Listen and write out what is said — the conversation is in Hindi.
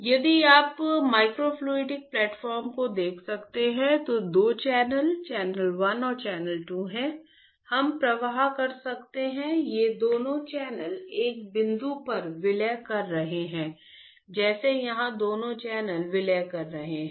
यदि आप माइक्रोफ्लूडिक प्लेटफॉर्म को देख सकते हैं तो दो चैनल चैनल 1 और चैनल 2 हैं हम प्रवाह कर सकते हैं ये दोनों चैनल एक बिंदु पर विलय कर रहे हैं जैसे यहां दोनों चैनल विलय कर रहे हैं